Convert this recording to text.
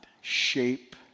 shape